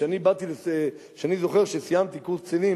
אני זוכר שכשאני סיימתי קורס קצינים